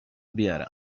بیارم